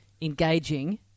engaging